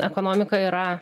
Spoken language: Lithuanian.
ekonomika yra